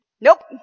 Nope